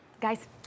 guys